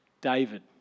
David